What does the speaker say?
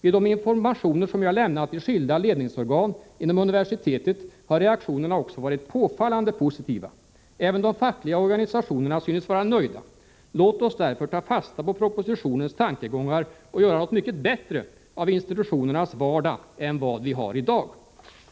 Vid de informationer som jag lämnat i skilda ledningsorgan inom universitetet har reaktionerna också varit påfallande positiva. Även de fackliga organisationerna synes vara nöjda. Låt oss därför ta fasta på propositionens tankegångar och göra något mycket bättre av institutionernas vardag än vad vi har i dag.